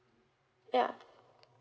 yeah